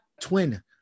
twin